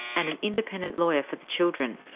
and an independent lawyer for the children.